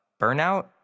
burnout